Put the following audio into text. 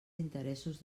interessos